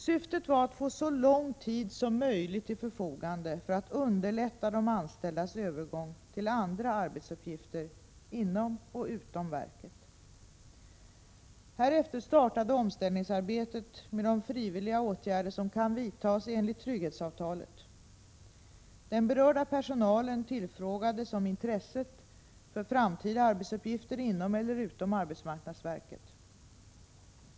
Syftet var att få så lång tid som möjligt till förfogande för att underlätta de anställdas övergång till andra arbetsuppgifter, inom och utom verket. Härefter startade omställningsarbetet med de frivilliga åtgärder som kunde vidtas enligt trygghetsavtalet. Den berörda personalen tillfrågades om intresset för framtida arbetsuppgifter inom eller utom arbetsmarknadsverket.